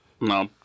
No